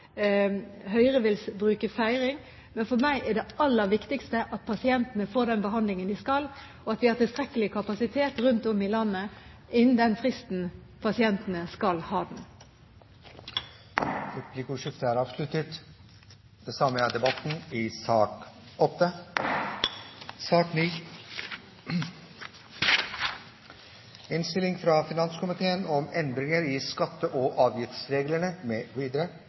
Høyre vil bruke Feiring. For meg er det aller viktigste at pasientene får den behandlingen de skal ha, og at vi har tilstrekkelig kapasitet rundt om i landet innen den fristen pasientene skal ha den. Replikkordskiftet er avsluttet. Flere har ikke bedt om ordet til sak nr. 8. Etter ønske fra finanskomiteen vil presidenten foreslå at taletiden begrenses til 40 minutter og fordeles med